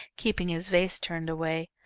keeping his face turned away.